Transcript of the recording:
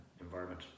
environment